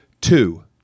Two